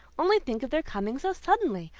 only think of their coming so suddenly!